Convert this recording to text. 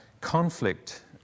conflict